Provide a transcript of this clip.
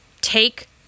take